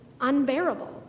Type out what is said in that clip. unbearable